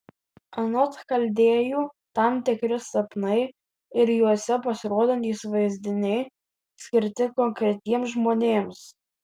anot chaldėjų tam tikri sapnai ir juose pasirodantys vaizdiniai skirti konkretiems žmonėms